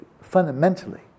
fundamentally